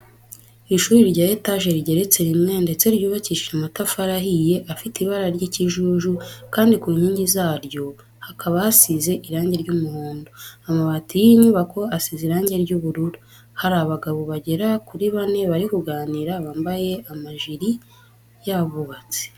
Ishuri rya etaje rigeretse rimwe ndetse ryubakishije amatafari ahiye, afite ibara ry'ikijuju kandi ku nkingi zaryo hakaba hasize irange ry'umuhondo, amabati y'iyi nyubako asize irange ry'ubururu. Hari abagabo bagera kuri bane bari kuganira bambaye amajiri y'abubatsi.